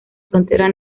frontera